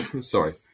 sorry